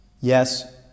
yes